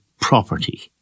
property